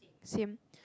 same